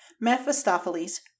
Mephistopheles